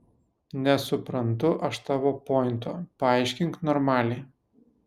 nesuprantu aš tavo pointo paaiškink normaliai